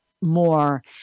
more